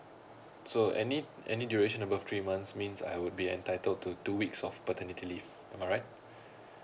so any any duration above three months means I would be entitled to two weeks of paternity leave am I right